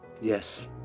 Yes